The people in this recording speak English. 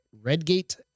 Redgate